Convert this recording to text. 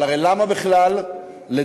אבל הרי למה בכלל לדבר